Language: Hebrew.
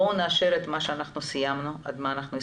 בואו נאשר את מה שסיימנו ואת מה שהסכמנו.